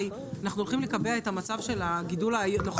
הרי אנחנו הולכים לקבע את המצב של הגידול הנוכחי.